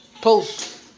post